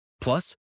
Plus